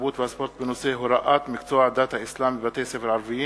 התרבות והספורט בנושא: הוראת מקצוע דת האסלאם בבתי-ספר ערביים,